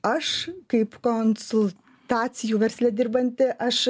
aš kaip konsultacijų versle dirbanti aš